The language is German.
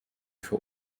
für